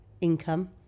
income